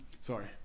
sorry